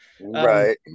Right